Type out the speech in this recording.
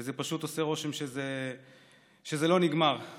וזה פשוט עושה רושם שזה לא נגמר.